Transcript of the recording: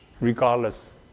regardless